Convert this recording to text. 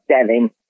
seven